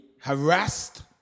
harassed